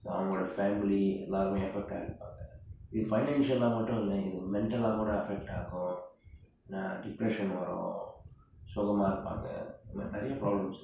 அவங்களோட:avangaloda family எல்லா:ellaa affect ஆகிருப்பாங்க:aagirupaanga financial மட்டுமில்ல இது:mattumilla ithu mental கூட:kuda affect ஆகும் எனா:aagum enaa depression வரும் சொகமா இருப்பாங்க நிரைய:varum sogamaa irupaanga niraya problems